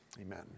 amen